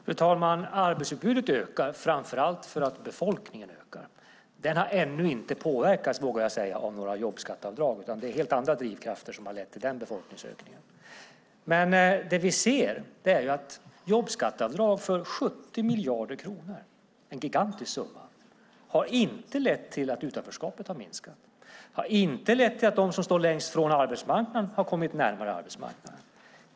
Fru talman! Arbetsutbudet ökar framför allt för att befolkningen ökar. Den har ännu inte påverkats - vågar jag säga - av några jobbskatteavdrag. Det är helt andra drivkrafter som har lett till den befolkningsökningen. Det vi ser är att jobbskatteavdrag för 70 miljarder kronor - en gigantisk summa - inte har lett till att utanförskapet har minskat, inte har lett till att de som står längst från arbetsmarknaden har kommit närmare arbetsmarknaden.